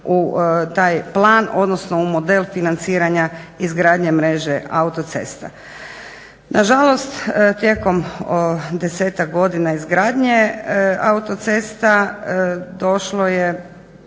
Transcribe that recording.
u taj plan odnosno u model financiranja izgradnje mreže autocesta. Nažalost, tijekom desetak godina izgradnje autocesta došlo je